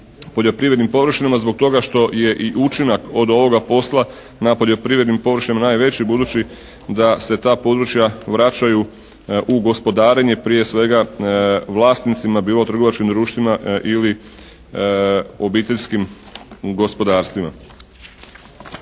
poljoprivrednim površinama zbog toga što je i učinak od ovoga posla na poljoprivrednim površinama najveći budući da se ta područja vraćaju u gospodarenje prije svega vlasnicima, bilo trgovačkim društvima ili obiteljskim gospodarstvima.